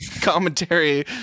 commentary